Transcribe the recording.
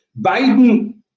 Biden